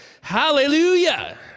Hallelujah